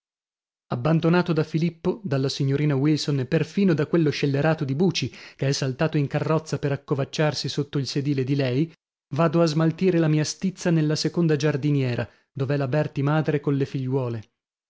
abbandonato da filippo dalla signorina wilson e perfino da quello scellerato di buci che è saltato in carrozza per accovacciarsi sotto il sedile di lei vado a smaltire la mia stizza nella seconda giardiniera dov'è la berti madre colle figliuole